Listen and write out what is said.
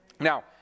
Now